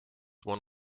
one